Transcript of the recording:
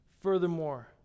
Furthermore